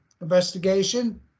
investigation